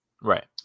Right